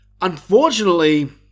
Unfortunately